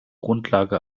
grundlage